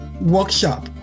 workshop